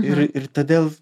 ir ir todėl